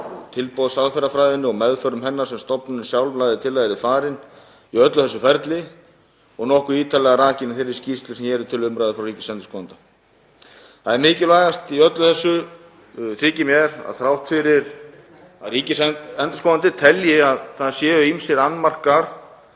tilboðsaðferðafræðinni og meðförum hennar sem stofnunin sjálf lagði til að yrði farin í öllu þessu ferli og er nokkuð ítarlega rakin í þeirri skýrslu sem hér er til umræðu frá ríkisendurskoðanda. Það mikilvægasta í öllu þessu þykir mér að þrátt fyrir að ríkisendurskoðandi telji að ýmsir annmarkar